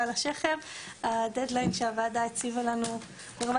על השכם כי הדד-ליין שהוועדה הציבה לנו גרמה